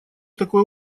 такое